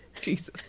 Jesus